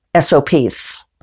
sops